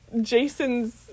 jason's